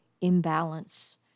imbalance